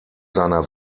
seiner